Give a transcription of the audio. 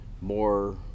more